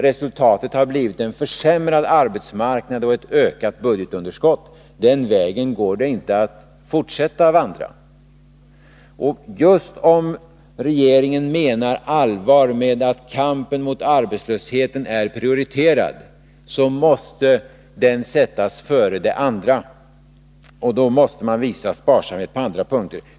Resultatet har blivit en försämrad arbetsmarknad och ett ökat budgetunderskott. Den vägen går det inte att fortsätta att vandra på. Om regeringen menar allvar med att kampen mot arbetslösheten är prioriterad, måste den sättas före det andra, och då måste man visa sparsamhet på andra punkter.